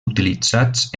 utilitzats